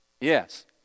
Yes